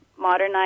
modernize